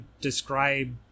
describe